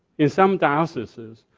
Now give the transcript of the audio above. it's some diocese,